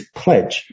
pledge